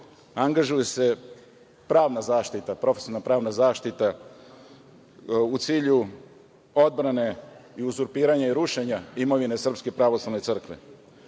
Angažuje se pravna zaštita, profesionalno pravna zaštita, u cilju odbrane i uzurpiranje i rušenja imovine SPC. Finansira se Crveni